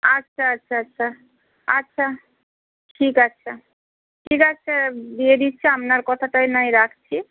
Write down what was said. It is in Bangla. আচ্ছা আচ্ছা আচ্ছা আচ্ছা ঠিক আছে ঠিক আছে দিয়ে দিচ্ছি আপনার কথাটাই নয় রাখছি